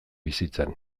bizitzan